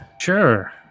Sure